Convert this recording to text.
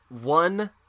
one